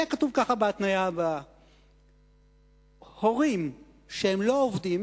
בהתניה הבאה יהיה כתוב כך: הורים שלא עובדים